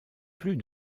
plus